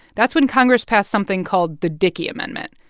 that's when congress passed something called the dickey amendment.